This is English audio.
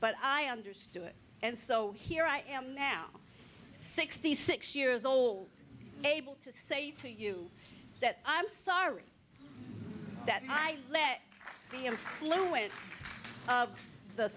but i understood and so here i am now sixty six years old able to say to you that i'm sorry that